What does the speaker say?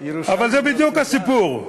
אבל זה בדיוק הסיפור.